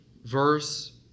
Verse